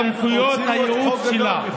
וסמכויות הייעוץ שלה.